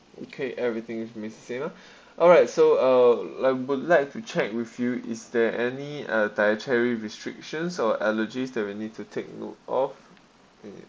okay everything remains the same ah alright so uh l~ I would like to check with you is there any uh dietary restrictions or allergies that we need to take note of and